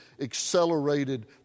accelerated